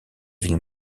ville